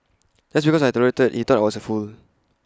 just because I tolerated he thought I was A fool